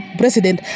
president